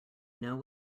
know